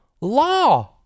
law